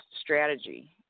strategy